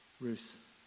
Ruth